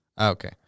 Okay